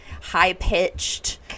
high-pitched